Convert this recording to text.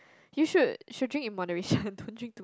you should should drink in moderation don't drink too